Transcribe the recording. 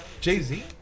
jay-z